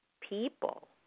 people